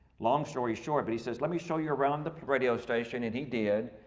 long story short, but he says, lemme show you around the radio station. and he did.